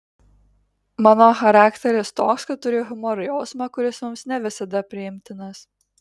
mano charakteris toks kad turiu humoro jausmą kuris mums ne visada priimtinas